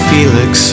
Felix